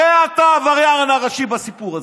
הרי אתה העבריין הראשי בסיפור הזה.